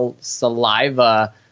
saliva